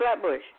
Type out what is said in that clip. Flatbush